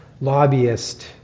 lobbyist